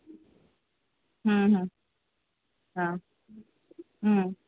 हम्म हम्म हा हम्म